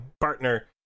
partner